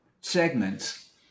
segments